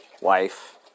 wife